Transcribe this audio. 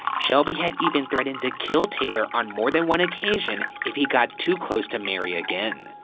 shelby had even threatened to kill taylor on more than one occasion if he got too close to mary again.